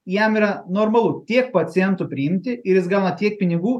jam yra normalu tiek pacientų priimti ir jis gauna tiek pinigų